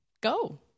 go